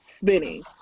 spinning